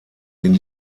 den